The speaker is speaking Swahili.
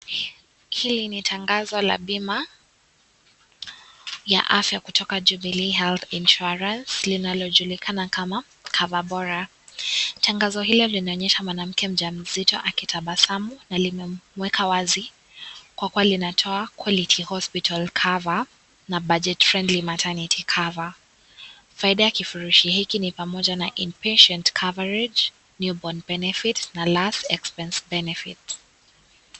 Hili ni tangazo la bima ya afya kutoka Jubilee Health Insurance linalojulikana kama kava bora. Tangazo hilo linaonyesha mwanamke mjamzito akitabasamu na limemweka wazi kwa kuwa linatoa quality hospital cover na budget friendly maternity cover . Faida ya kifurushi hiki ni pamoja na inpatient coverage, newborn benefits na last expenses benefits .